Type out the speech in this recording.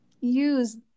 use